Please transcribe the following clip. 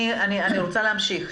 אני רוצה להמשיך.